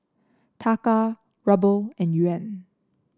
Taka Ruble and Yuan